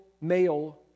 male